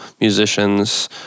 musicians